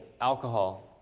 alcohol